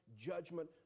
judgment